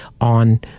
on